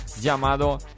Llamado